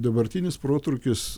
dabartinis protrūkis